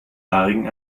haarigen